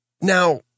Now